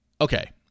Okay